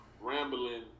rambling